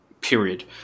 period